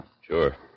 Sure